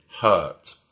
hurt